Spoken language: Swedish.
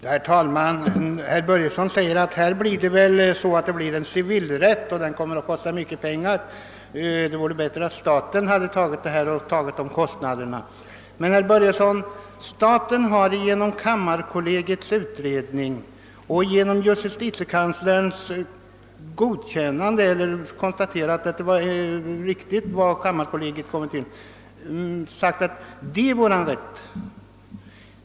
Herr talman! Herr Börjesson i Glömminge säger att det i detta fall skulle bli fråga om en civilrättslig process, som kommer att kosta mycket pengar, och att det vore bättre om staten hade tagit på sig denna kostnad. Men, herr Börjesson, staten har genom kammarkollegiets utredning och justitiekanslerns bekräftande av detta utredningsresultat fått klarlagt vad som är statens rätt.